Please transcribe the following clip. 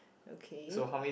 okay